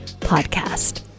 Podcast